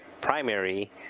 primary